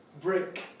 brick